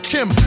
Kim